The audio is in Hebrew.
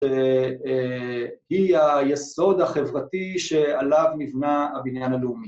‫ש... אה... היא היסוד החברתי ‫שעליו נבנה הבניין הלאומי.